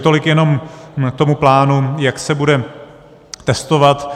Tolik jenom k tomu plánu, jak se bude testovat.